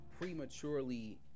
prematurely